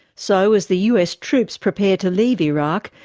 so as the us troops prepare to leave iraq,